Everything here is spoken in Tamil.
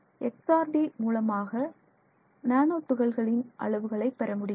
XRD மூலமாக நானோ துகள்களின் அளவுகளை பெறமுடியும்